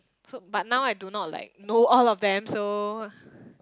so but now I do not like know all of them so